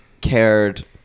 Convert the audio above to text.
cared